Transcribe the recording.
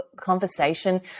conversation